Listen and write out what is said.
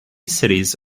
cities